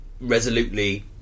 resolutely